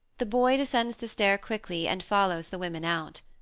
the boy descends the stair quickly, and follows the women out.